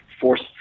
forced